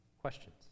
Questions